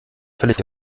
völlig